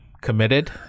committed